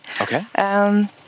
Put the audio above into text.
Okay